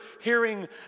hearing